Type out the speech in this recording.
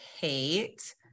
hate